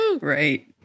Right